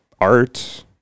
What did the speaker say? art